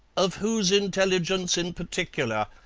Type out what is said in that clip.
of whose intelligence in particular?